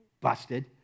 busted